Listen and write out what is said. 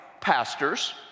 pastors